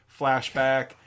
flashback